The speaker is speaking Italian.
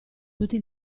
tutti